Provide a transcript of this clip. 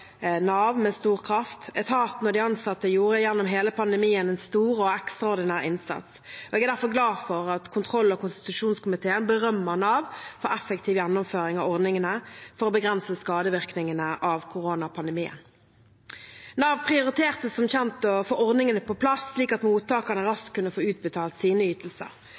Nav med stor kraft. Etaten og de ansatte gjorde gjennom hele pandemien en stor og ekstraordinær innsats. Jeg er derfor glad for at kontroll- og konstitusjonskomiteen berømmer Nav for effektiv gjennomføring av ordningene for å begrense skadevirkningene av koronapandemien. Nav prioriterte som kjent å få ordningene på plass, slik at mottakerne raskt kunne få utbetalt sine ytelser.